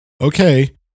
okay